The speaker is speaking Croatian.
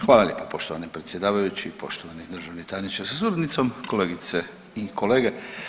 Hvala lijepa poštovani predsjedavajući, poštovani državni tajniče sa suradnicom, kolegice i kolege.